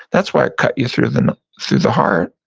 that's why it cut you through the through the heart.